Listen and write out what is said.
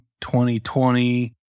2020